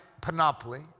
panoply